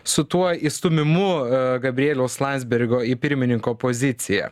su tuo išstūmimu gabrieliaus landsbergio į pirmininko poziciją